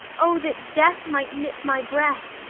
o that death might nip my breath,